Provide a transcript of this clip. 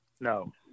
No